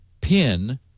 PIN